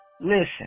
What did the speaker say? Listen